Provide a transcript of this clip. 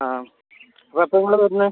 ആ അപ്പം എപ്പം നമ്മൾ വരുന്നത്